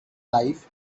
life